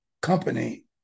company